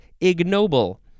ignoble